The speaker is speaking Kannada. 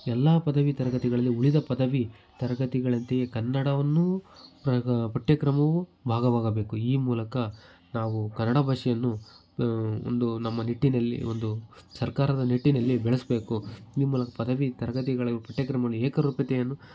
ಎಲ್ಲ ಪದವಿ ತರಗತಿಗಳಲ್ಲಿ ಉಳಿದ ಪದವಿ ತರಗತಿಗಳಂತೆಯೇ ಕನ್ನಡವನ್ನೂ ಪ್ರ ಪಠ್ಯಕ್ರಮವೂ ಭಾಗವಾಗಬೇಕು ಈ ಮೂಲಕ ನಾವು ಕನ್ನಡ ಭಾಷೆಯನ್ನು ಒಂದು ನಮ್ಮ ನಿಟ್ಟಿನಲ್ಲಿ ಒಂದು ಸರ್ಕಾರದ ನಿಟ್ಟಿನಲ್ಲಿ ಬೆಳೆಸಬೇಕು ಈ ಮೂಲಕ ಪದವಿ ತರಗತಿಗಳು ಪಠ್ಯಕ್ರಮಗಳು ಏಕರೂಪತೆಯನ್ನು